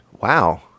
Wow